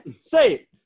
Say